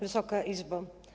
Wysoka Izbo!